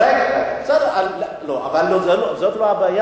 זאת לא הבעיה.